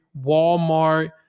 Walmart